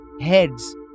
heads